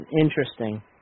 Interesting